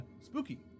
spooky